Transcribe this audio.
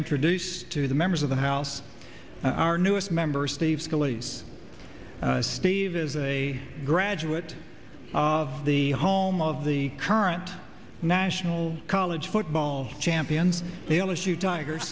introduce to the members of the house our newest member steve scully's steve is a graduate of the home of the current national college football champions dale issue tiger